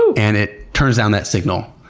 and it turns down that signal,